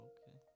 Okay